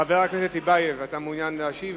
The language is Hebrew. חבר הכנסת טיבייב, אתה מעוניין להשיב?